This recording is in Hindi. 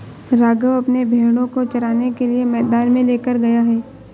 राघव अपने भेड़ों को चराने के लिए मैदान में लेकर गया है